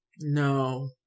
No